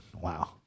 Wow